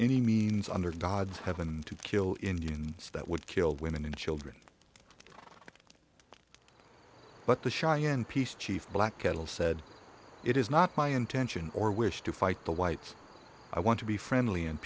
any means under god's heaven to kill indians that would kill women and children but the cheyenne peace chief black cattle said it is not my intention or wish to fight the whites i want to be friendly and